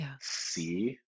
see